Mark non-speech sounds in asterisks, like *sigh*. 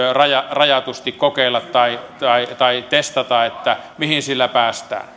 rajatusti kokeilla tai tai testata mihin sillä päästään *unintelligible*